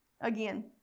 again